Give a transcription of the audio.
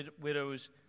widows